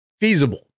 Feasible